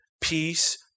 peace